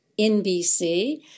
NBC